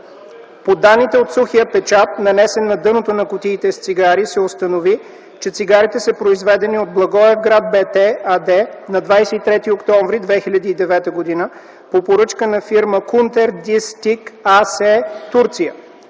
По данните от сухия печат, нанесен на дъното на кутиите с цигари, се установи, че цигарите са произведени от „Благоевград БТ” АД на 23 октомври 2009 г. по поръчка на фирма „КУНТЕР ДИС ТИК АС” - Турция.